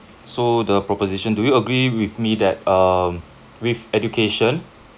so the proposition do you agree with me that um with education